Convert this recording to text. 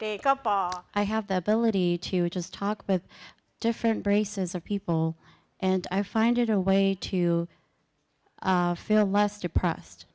couple i have the ability to just talk with different races of people and i find it a way to feel less depressed